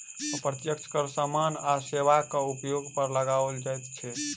अप्रत्यक्ष कर सामान आ सेवाक उपयोग पर लगाओल जाइत छै